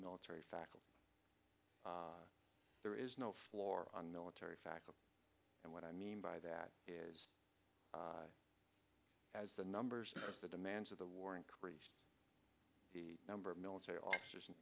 military fact there is no floor on military fact and what i mean by that is as the numbers of the demands of the war increased the number of military officers in